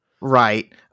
Right